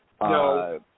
No